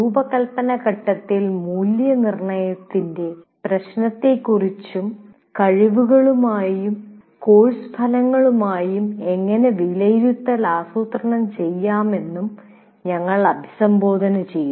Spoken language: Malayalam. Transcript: രൂപകൽപ്പനഘട്ടത്തിൽ മൂല്യനിർണ്ണയത്തിന്റെ പ്രശ്നത്തെക്കുറിച്ചും കഴിവുകളുമായും കോഴ്സ് ഫലങ്ങളുമായും എങ്ങനെ വിലയിരുത്തൽ ആസൂത്രണം ചെയ്യാമെന്നും ഞങ്ങൾ അഭിസംബോധന ചെയ്തു